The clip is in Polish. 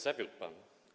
Zawiódł pan.